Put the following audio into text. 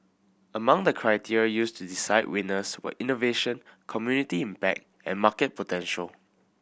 among the criteria used to decide winners were innovation community impact and market potential